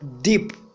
deep